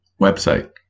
website